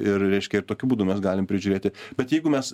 ir reiškia ir tokiu būdu mes galim prižiūrėti bet jeigu mes